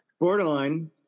borderline